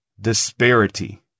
disparity